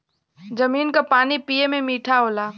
जमीन क पानी पिए में मीठा होला